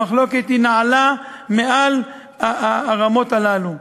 המחלוקת נעלה מעל הרמות הללו.